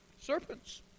Serpents